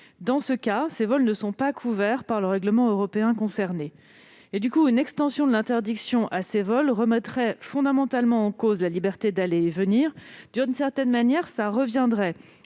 dans ce cas, les vols ne sont pas couverts par le règlement européen concerné. L'extension de l'interdiction à ces vols remettrait fondamentalement en cause la liberté d'aller et venir. Ce serait comme interdire